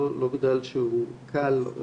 לא בגלל שהוא קל,